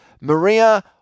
Maria